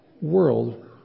world